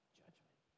judgment